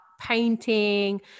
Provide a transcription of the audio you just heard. painting